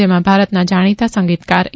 જેમાં ભારતના જાણીતા સંગીતકાર એ